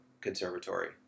conservatory